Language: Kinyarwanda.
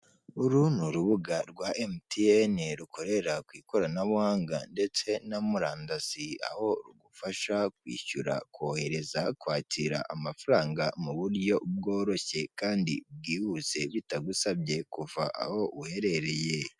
Uru ni urubuga rwa emutiyene rukorera ku ikoranabuhanga ndetse na murandasi aho rugufasha kwishyura, kohereza, kwakira amafaranga mu buryo bworoshye kandi bwihuse bitagusabye kuva aho uherereye.